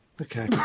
Okay